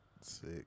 Sick